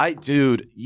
Dude